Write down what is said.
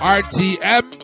rtm